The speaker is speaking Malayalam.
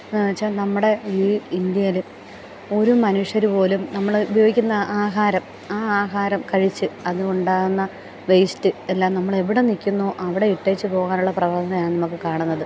എന്നുവെച്ചാൽ നമ്മുടെ ഈ ഇന്ത്യയിൽ ഒരു മനുഷ്യർ പോലും നമ്മൾ ഉപയോഗിക്കുന്ന ആഹാരം ആ ആഹാരം കഴിച്ച് അത് ഉണ്ടാവുന്ന വേസ്റ്റ് എല്ലാം നമ്മൾ എവിടെ നിൽക്കുന്നോ അവിടെ ഇട്ടേച്ച് പോകാനുള്ള പ്രവണതയാണ് നമുക്ക് കാണുന്നത്